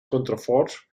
contraforts